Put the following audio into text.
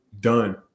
done